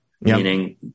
meaning